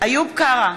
איוב קרא,